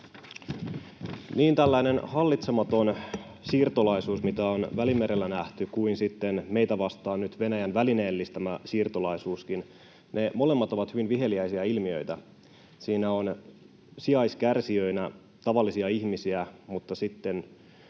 Niin, tällainen nähty hallitsematon siirtolaisuus niin Välimerellä kuin sitten meitä vastaan nyt Venäjän välineellistämänä siirtolaisuutenakin on molemmissa hyvin viheliäinen ilmiö. Siinä on sijaiskärsijöinä tavallisia ihmisiä mutta sitten